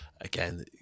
again